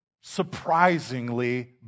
surprisingly